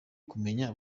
kumenya